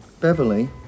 Beverly